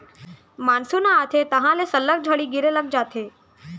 monsoon ह आथे तहॉं ले सल्लग झड़ी गिरे लग जाथे